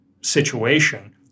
situation